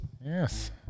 Yes